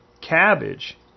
cabbage